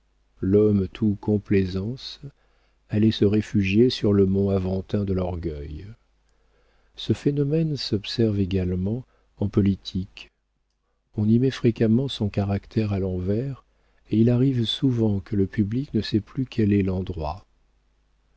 l'homme tout complaisance allait se réfugier sur le mont aventin de l'orgueil ce phénomène s'observe également en politique on y met fréquemment son caractère à l'envers et il arrive souvent que le public ne sait plus quel est l'endroit